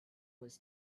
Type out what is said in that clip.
was